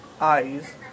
eyes